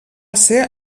ser